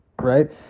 right